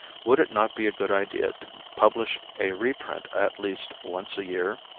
would it not be a good idea to publish a reprint at least once a year?